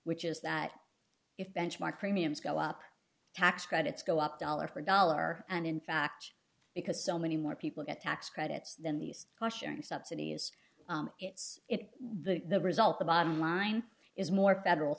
which is that if benchmark premiums go up tax credits go up dollar for dollar and in fact because so many more people get tax credits than these washing subsidies it's it the result the bottom line is more federal